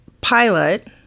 pilot